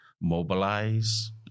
mobilize